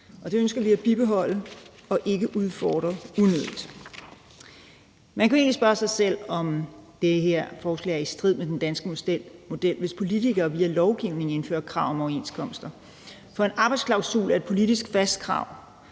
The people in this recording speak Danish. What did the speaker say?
Det ønsker vi at bibeholde og ikke udfordre unødigt. Man kan egentlig spørge sig selv, om det her forslag er i strid med den danske model, hvis politikere via lovgivning indfører krav om overenskomster. For en arbejdsklausul er et politisk fast krav